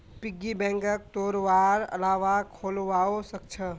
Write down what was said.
piggy बैंकक तोडवार अलावा खोलवाओ सख छ